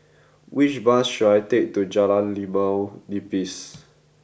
which bus should I take to Jalan Limau Nipis